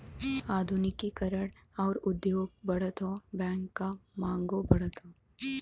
आधुनिकी करण आउर उद्योग बढ़त हौ बैंक क मांगो बढ़त हौ